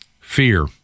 fear